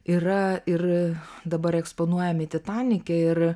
yra ir dabar eksponuojami titanike ir